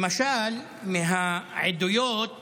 למשל מהעדויות